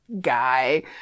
guy